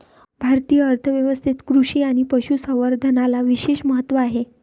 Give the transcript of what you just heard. भारतीय अर्थ व्यवस्थेत कृषी आणि पशु संवर्धनाला विशेष महत्त्व आहे